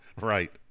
Right